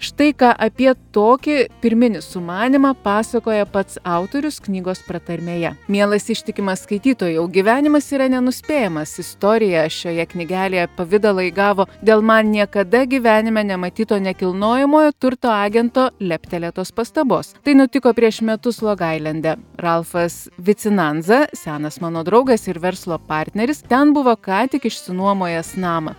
štai ką apie tokį pirminį sumanymą pasakoja pats autorius knygos pratarmėje mielas ištikimas skaitytojau gyvenimas yra nenuspėjamas istorija šioje knygelėje pavidalą įgavo dėl man niekada gyvenime nematyto nekilnojamojo turto agento leptelėtos pastabos tai nutiko prieš metus longailende ralfas vicinanza senas mano draugas ir verslo partneris ten buvo ką tik išsinuomojęs namą